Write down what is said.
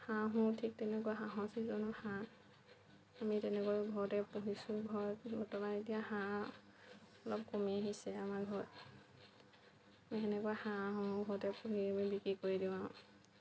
হাঁহো ঠিক তেনেকুৱা হাঁহৰ ছীজনত হাঁহ আমি তেনেকৈ ঘৰতে পুহিছোঁ ঘৰত বৰ্তমান এতিয়া হাঁহ অলপ কমি আহিছে আমাৰ ঘৰত আমি সেনেকুৱা হাঁহো ঘৰতে পুহি মেলি বিক্ৰী কৰি দিওঁ আৰু